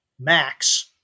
max